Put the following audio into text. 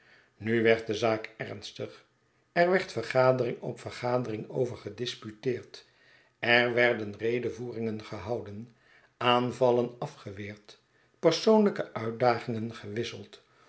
nu werd de zaak ernstig er werd vergadering op vergadering over gedisputeerd er werden redevoeringen gehouden aanvallen afgeweerd persoonlijke uitdagingen gewisseld